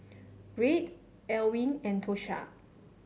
Reid Elwyn and Tosha